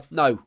no